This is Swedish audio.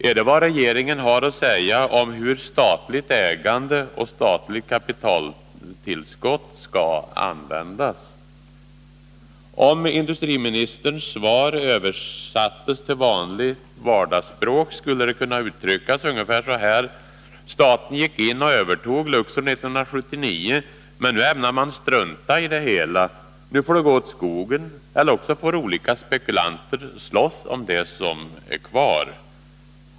Är det vad regeringen har att säga om hur statligt ägande och statligt kapitaltillskott skall användas? Om industriministerns svar översattes till vanligt vardagsspråk, skulle det uttryckas ungefär så här: Staten gick in och övertog Luxor 1979, men nu ämnar man strunta i det hela. Nu får det gå åt skogen, eller också får olika spekulanter slåss om det som är kvar.